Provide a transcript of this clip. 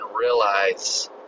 realize